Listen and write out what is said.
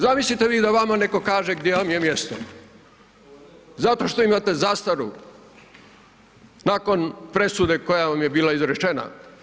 Zamislite vi da vama netko kaže gdje vam je mjesto zato što imate zastaru nakon presude koja vam je bila izrečena?